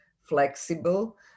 flexible